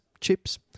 chips